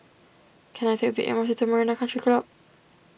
can I take the M R T to Marina Country Club